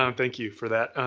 um thank you for that.